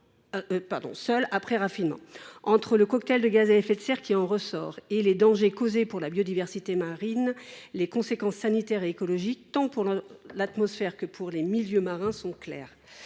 reste après raffinement. Entre le cocktail de gaz à effet de serre qui en ressort et les dangers causés pour la biodiversité marine, les conséquences sanitaires et écologiques, tant pour l’atmosphère que pour les milieux marins, sont claires.